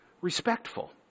Respectful